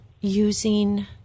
using